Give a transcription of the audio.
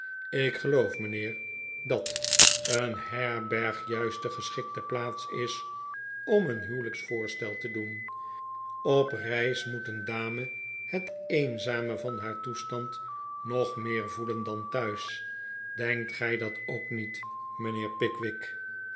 ik geloof mijnheer dat een herberg juist de geschikte plaats is om een huwelijksvoorstel te doen op reis moet een dame het eenzame van haar toestand nog meer voelen dan thuis denkt gij dat ook niet mijnheer